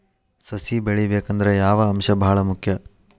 ಸಸಿ ಬೆಳಿಬೇಕಂದ್ರ ಯಾವ ಅಂಶ ಭಾಳ ಮುಖ್ಯ?